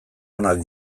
onak